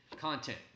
Content